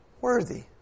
worthy